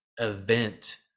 event